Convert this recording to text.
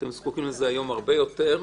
אתם זקוקים לזה היום הרבה יותר.